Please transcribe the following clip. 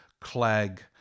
Clegg